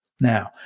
Now